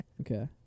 Okay